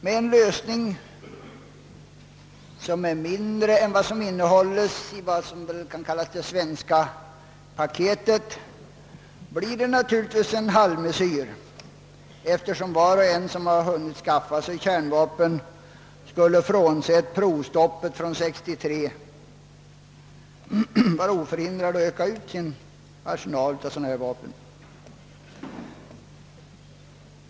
En lösning som innebär mindre än vad som innehålles i det s.k. svenska paketet blir en halvmesyr, eftersom var och en som hunnit skaffa sig kärnvapen skulle vara oförhindrad — frånsett provstoppsavtalet från 1963 — att utöka sin arsenal av sådana vapen.